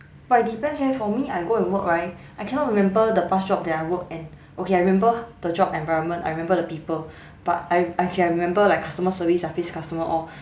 but depends eh for me I go and work right I cannot remember the past job that I work and okay I remember the job environment I remember the people but I I can remember like customer service I face customer all